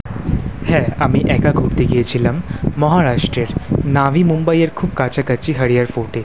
হ্যাঁ আমি একা ঘুরতে গিয়েছিলাম মহারাষ্ট্রের নাভি মুম্বইয়ের খুব কাছাকাছি হরিহর ফোর্টে